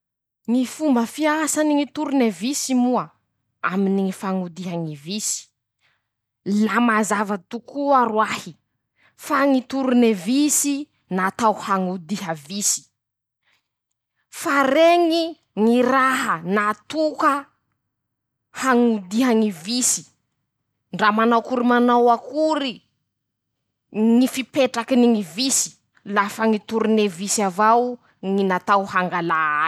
Ñy fomba fiasany ñy tournevisy moa aminy ñy fañodiha ñy visy. la mazava tokoa roahy fa ñy tournevisy natao hañodiha visy fa reñy ñy raha natoka hañodiha ñy visy, ndra manaoakory manaoakory ñy fipetrakiny ñy visy lafa ñy tournevisy avao ñy natao hangalà azy.